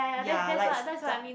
yea likes